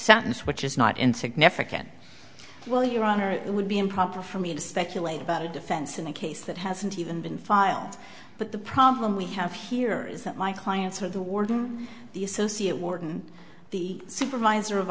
sentence which is not insignificant well your honor it would be improper for me to speculate about a defense in a case that hasn't even been filed but the problem we have here is that my clients are the warden the associate warden the supervisor of